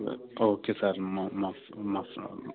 okay sir మ మ మ